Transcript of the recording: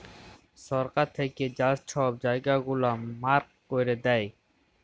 সরকার থ্যাইকে যা ছব জায়গা গুলা মার্ক ক্যইরে দেয়